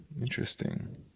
interesting